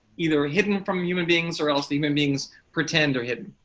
either hidden from human beings or else that human beings pretend are hidden.